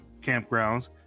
Campgrounds